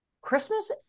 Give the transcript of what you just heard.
Christmas